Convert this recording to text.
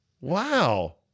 wow